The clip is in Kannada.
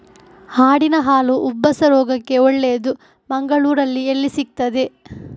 ಆಡಿನ ಹಾಲು ಉಬ್ಬಸ ರೋಗಕ್ಕೆ ಒಳ್ಳೆದು, ಮಂಗಳ್ಳೂರಲ್ಲಿ ಎಲ್ಲಿ ಸಿಕ್ತಾದೆ?